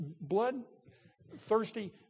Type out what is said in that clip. blood-thirsty